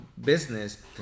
business